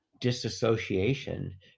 disassociation